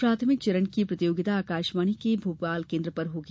प्राथमिक चरण की प्रतियोगिता आकाशवाणी के भोपाल केन्द्र पर होगी